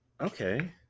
okay